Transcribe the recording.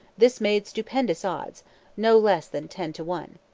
this made stupendous odds no less than ten to one.